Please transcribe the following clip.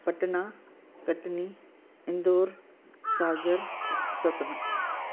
Patna Katni Indore Sagar Satna